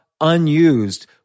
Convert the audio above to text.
unused